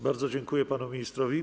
Bardzo dziękuję panu ministrowi.